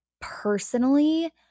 personally